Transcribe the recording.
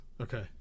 Okay